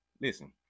Listen